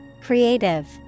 Creative